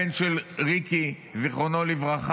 הבן של ריקי, זכרונו לברכה,